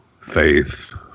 Faith